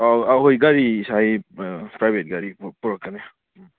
ꯑꯧ ꯑꯩꯈꯣꯏ ꯒꯥꯔꯤ ꯏꯁꯥꯒꯤ ꯄ꯭ꯔꯥꯏꯚꯦꯠ ꯒꯥꯔꯤ ꯄꯣꯔꯛꯀꯅꯤ ꯎꯝ